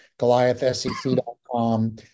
goliathsec.com